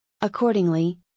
Accordingly